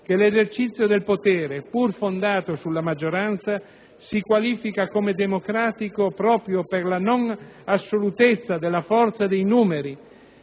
che l'esercizio del potere, pur fondato sulla maggioranza, si qualifichi come democratico proprio per la non assolutezza della forza dei numeri,